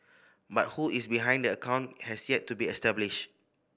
but who is behind the account has yet to be established